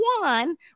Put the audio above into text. one